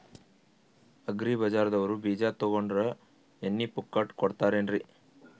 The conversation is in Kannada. ಅಗ್ರಿ ಬಜಾರದವ್ರು ಬೀಜ ತೊಗೊಂಡ್ರ ಎಣ್ಣಿ ಪುಕ್ಕಟ ಕೋಡತಾರೆನ್ರಿ?